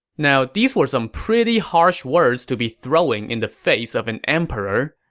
now, these were some pretty harsh words to be throwing in the face of an emperor,